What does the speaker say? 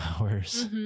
hours